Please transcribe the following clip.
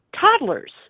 toddlers